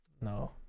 No